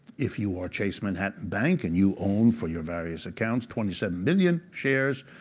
if you are chase manhattan bank, and you own for your various accounts twenty seven million shares,